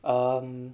um